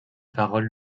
parole